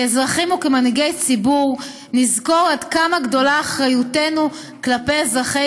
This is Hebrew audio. כאזרחים וכמנהיגי ציבור נזכור עד כמה גדולה אחריותנו כלפי אזרחי